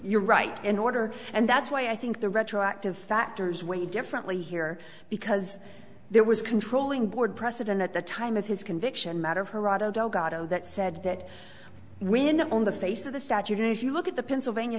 you're right in order and that's why i think the retroactive factors weigh differently here because there was controlling board president at the time of his conviction matter of geraldo gado that said that when on the face of the statute if you look at the pennsylvania